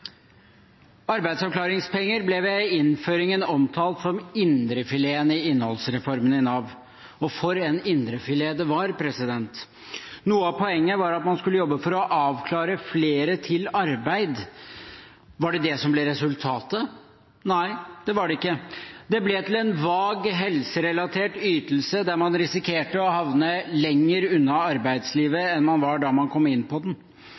Arbeidsavklaringspenger ble ved innføringen omtalt som indrefileten i innholdsreformen i Nav – og for en indrefilet det var. Noe av poenget var at man skulle jobbe for å avklare flere til arbeid. Var det det som ble resultatet? Nei, det var det ikke. Det ble til en vag helserelatert ytelse der man risikerte å havne lenger unna arbeidslivet enn man var da man kom inn i den.